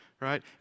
right